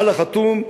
על החתום,